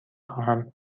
خواهم